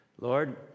Lord